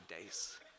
days